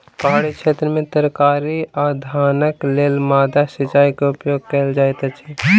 पहाड़ी क्षेत्र में तरकारी आ धानक लेल माद्दा सिचाई के उपयोग कयल जाइत अछि